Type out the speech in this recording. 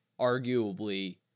arguably